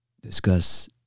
discuss